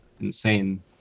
insane